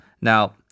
Now